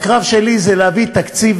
הקרב שלי זה להביא תקציב